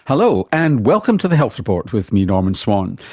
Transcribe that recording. hello and welcome to the health report with me, norman swan.